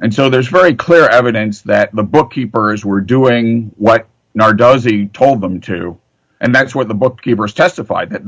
and so there's very clear evidence that the bookkeepers were doing what nor does he told them to and that's what the bookkeepers testif